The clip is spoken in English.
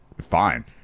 fine